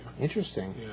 Interesting